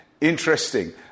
interesting